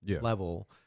level